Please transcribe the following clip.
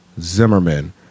Zimmerman